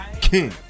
King